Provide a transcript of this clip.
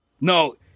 No